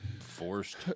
forced